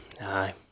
aye